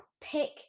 pick